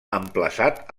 emplaçat